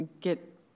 get